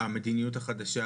המדיניות החדשה,